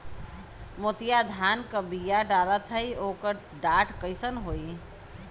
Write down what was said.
मोतिया धान क बिया डलाईत ओकर डाठ कइसन होइ?